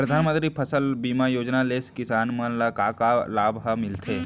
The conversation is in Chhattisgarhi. परधानमंतरी फसल बीमा योजना ले किसान मन ला का का लाभ ह मिलथे?